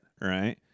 right